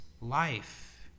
life